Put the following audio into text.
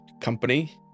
company